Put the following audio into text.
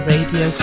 Radio